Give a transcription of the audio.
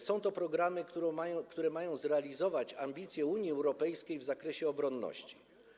Są to programy, które mają zrealizować ambicje Unii Europejskiej w zakresie obronności.